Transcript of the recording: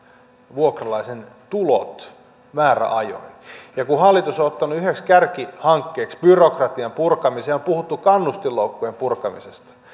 vuokralaisen tulot määräajoin kun hallitus on ottanut yhdeksi kärkihankkeeksi byrokratian purkamisen ja on puhuttu kannustinloukkujen purkamisesta